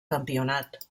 campionat